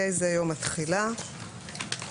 יום התחילה)".